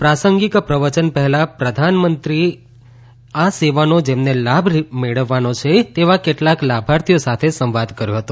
પ્રાસંગિક પ્રવચન પહેલા પ્રધાનમંત્રી આ સેવાનો જેમને લાભ મળવાનો છે તેવા કેટલાક લાભાર્થીઓ સાથે સંવાદ કર્યો હતો